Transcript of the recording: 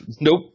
Nope